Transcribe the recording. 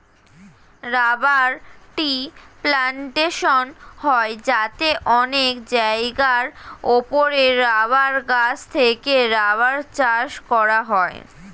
rubber tree plantation হয় যাতে অনেক জায়গার উপরে রাবার গাছ থেকে রাবার চাষ করা হয়